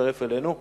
שהצטרף אלינו,